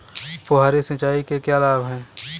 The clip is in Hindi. फुहारी सिंचाई के क्या लाभ हैं?